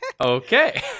Okay